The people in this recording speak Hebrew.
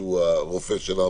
שהוא הרופא שלנו,